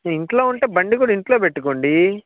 ఇంట్లో ఉంటే బండి కూడ ఇంట్లో పెట్టుకోండీ